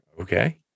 Okay